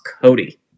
Cody